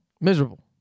Miserable